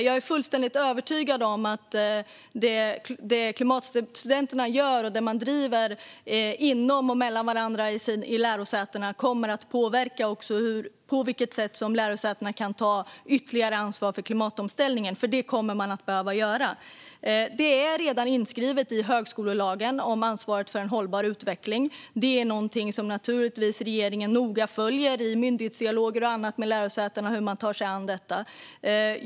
Jag är fullständigt övertygad om att det Klimatstudenterna gör och det man driver inom och mellan varandra i lärosätena kommer att påverka på vilket sätt lärosätena kan ta ytterligare ansvar för klimatomställningen. Det kommer man nämligen att behöva göra. Ansvaret för en hållbar utveckling är redan inskrivet i högskolelagen. Hur man tar sig an detta är naturligtvis någonting som regeringen noga följer i myndighetsdialoger och annat med lärosätena.